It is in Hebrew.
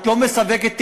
יש, את לא מסווגת תיקים,